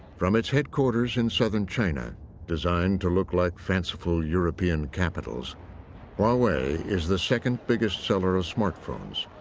from its headquarters in southern china designed to look like fanciful european capitals huawei is the second-biggest seller of smartphones,